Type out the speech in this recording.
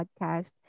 podcast